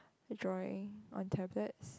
drawing on tablets